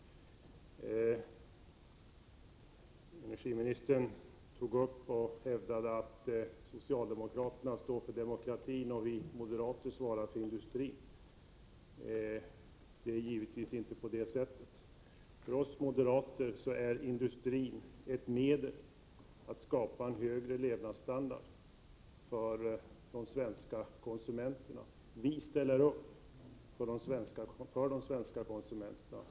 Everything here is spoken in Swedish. Energiministern hävdade att socialdemokraterna står för demokratin och att vi moderater svarar för industrin. Det är givetvis inte så. För oss moderater är industrin ett medel att skapa en högre levnadsstandard för de svenska konsumenterna. Vi ställer upp för de svenska konsumenterna.